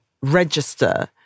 register